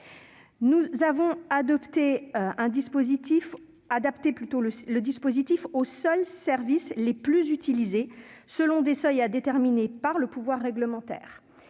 Nous avons adapté le dispositif aux services les plus utilisés, selon des seuils à déterminer par le pouvoir réglementaire.